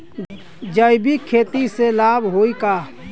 जैविक खेती से लाभ होई का?